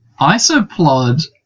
Isoplod